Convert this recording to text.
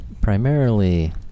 Primarily